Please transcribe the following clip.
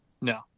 No